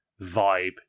vibe